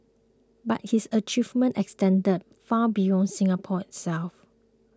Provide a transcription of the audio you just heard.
but his achievement extended far beyond Singapore itself